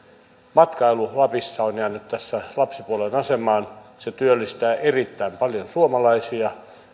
matkailu lapissa on jäänyt tässä lapsipuolen asemaan se työllistää erittäin paljon suomalaisia